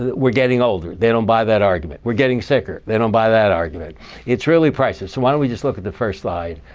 we're getting older. they don't buy that argument. we're getting sicker. they don't buy that argument it's really prices. so why don't we just look at the first slide?